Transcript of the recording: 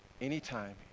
anytime